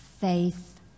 faith